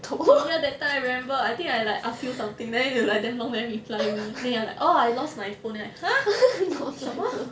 oh ya that time I remember I think I like ask you something then you like damn long never reply me then you like orh I lost my phone then I like ha 什么